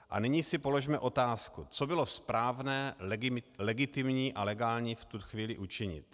A nyní si položme otázku, co bylo správné, legitimní a legální v tu chvíli učinit.